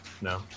No